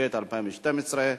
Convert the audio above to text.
2012,